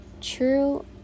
true